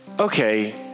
okay